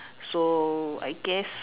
so I guess